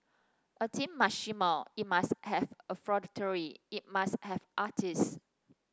a team must shimmer it must have effrontery it must have artists